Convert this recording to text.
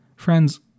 Friends